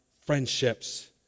friendships